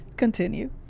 continue